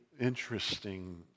interesting